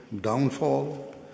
downfall